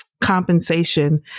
compensation